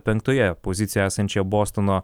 penktoje pozicijoje esančią bostono